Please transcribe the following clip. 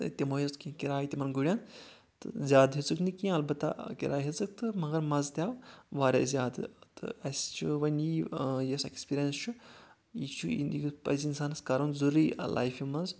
تہٕ تِمَن ٲس کینٛہہ کِراے تِمَن گُرٮ۪ن تہٕ زیادٕ ہیژٕکھۍ نہٕ کینٛہہ البتہ کِراے ہیژٕکھ تہٕ مزٕ تہِ آو واریاہ زیادٕ تہٕ اَسہِ چھُ وۄنۍ یی یہِ اسہِ ایکٕسپیٖرینٕس چھُ یہِ چھُ یہِ پَزِ اِنسانَس کرُن ضروٗری لایفہِ منٛز